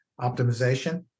optimization